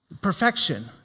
Perfection